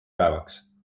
päevaks